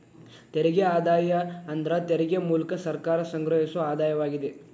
ತೆರಿಗೆ ಆದಾಯ ಅಂದ್ರ ತೆರಿಗೆ ಮೂಲ್ಕ ಸರ್ಕಾರ ಸಂಗ್ರಹಿಸೊ ಆದಾಯವಾಗಿದೆ